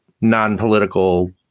non-political